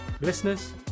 listeners